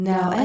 Now